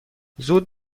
زود